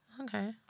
Okay